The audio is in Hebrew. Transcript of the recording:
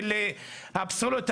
אתה אל תסביר לי מה אתה